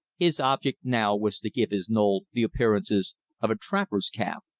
his object now was to give his knoll the appearances of a trapper's camp.